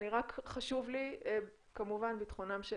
רק חשוב לי כמובן ביטחונם של